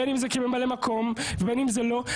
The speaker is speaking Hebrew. בין אם זה כממלאי מקום ובין אם זה לא,